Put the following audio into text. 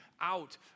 out